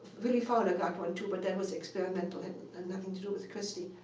willy fowler got one, too, but that was experimental had and nothing to do with christy.